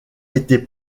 été